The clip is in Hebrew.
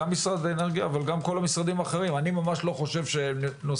גם המשרד לאנרגיה אבל גם כל האחרים אני ממש לא חושב שנושא